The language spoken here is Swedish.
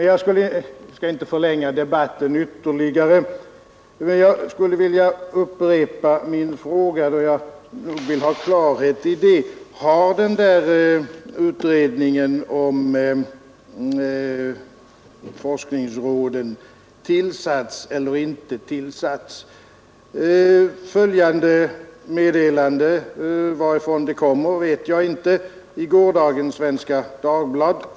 Jag skall inte förlänga debatten ytterligare, men jag skulle vilja upprepa min fråga, då jag vill ha klarhet: Har den där utredningen om forskningsråden tillsatts eller inte tillsatts? I gårdagens nummer av Svenska Dagbladet fanns följande meddelande, varifrån det kommer vet jag inte.